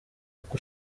uko